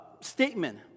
statement